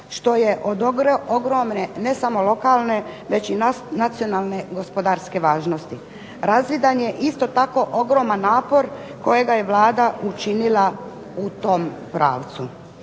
što je od ogromne ne samo lokalne već i nacionalne, gospodarske važnosti. Razvidan je isto tako ogroman napor kojega je Vlada učinila u tom pravcu.